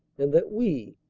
and that we,